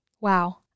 Wow